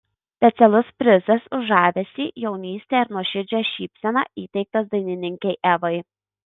specialus prizas už žavesį jaunystę ir nuoširdžią šypseną įteiktas dainininkei evai